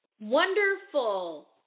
Wonderful